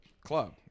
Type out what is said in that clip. club